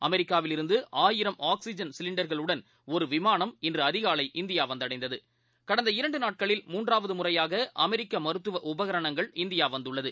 அமெரிக்காவிலிருந்து ஆயிரம் ஆக்சிஜன் சிலிண்டர்களுடன் ஒரு விமானம் இன்று அதிகாலை இந்தியா வந்தடைந்தது கடந்த இரண்டு நாட்களில் மூன்றாவது முறையாக அமெரிக்க மருத்துவ உபகரணங்கள் இந்தியா வந்துள்ளது